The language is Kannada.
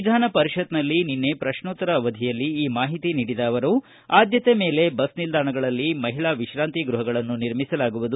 ವಿಧಾನ ಪರಿಷತ್ತಿನಲ್ಲಿ ನಿನ್ನೆ ಪ್ರಶ್ನೋತ್ತರ ಅವಧಿಯಲ್ಲಿ ಈ ಮಾಹಿತಿ ನೀಡಿದ ಅವರು ಆದ್ದತೆ ಮೇಲೆ ಬಸ್ ನಿಲ್ದಾಣಗಳಲ್ಲಿ ಮಹಿಳಾ ವಿಶ್ರಾಂತಿ ಗೃಹಗಳನ್ನು ನಿರ್ಮಿಸಲಾಗುವುದು